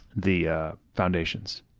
the foundations.